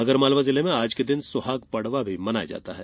आगरमालवा जिले में आज के दिन सुहाग पडवा भी मनाया जाता है